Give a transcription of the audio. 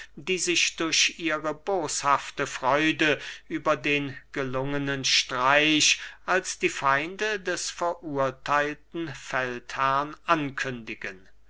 die sich durch ihre boshafte freude über den gelungenen streich als die feinde des verurtheilten feldherrn ankündigen